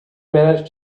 managed